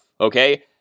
okay